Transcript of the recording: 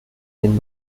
den